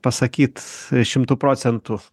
pasakyt šimtu procentų